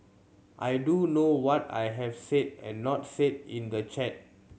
I do know what I have said and not said in the chat